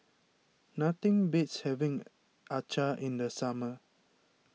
nothing beats having Acar in the summer